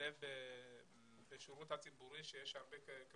להשתלב בשירות הציבורי כאשר להתקבל אליו יש הרבה קריטריונים.